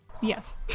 Yes